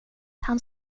han